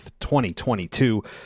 2022